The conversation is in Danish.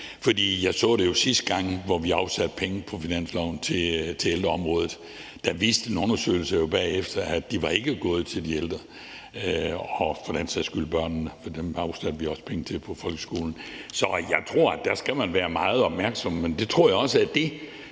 nøje. Jeg så jo sidste gang, hvor vi afsatte penge på finansloven til ældreområdet, at der viste en undersøgelse bagefter, at de ikke var gået til de ældre og for den sags skyld børnene, for dem afsatte vi også penge til over folkeskolen. Så jeg tror, at der skal man være meget opmærksom, men det tror jeg også er det,